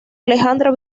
alejandro